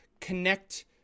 connect